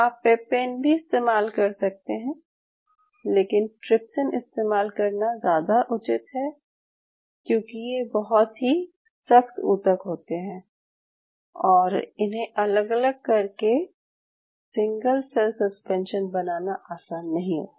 आप पेपेन भी इस्तेमाल कर सकते हैं लेकिन ट्रिप्सिन इस्तेमाल करना ज़्यादा उचित है क्यूंकि ये बहुत ही सख्त ऊतक होते हैं और इन्हे अलग अलग करके सिंगल सेल सस्पेंशन बनाना आसान नहीं होता